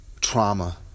trauma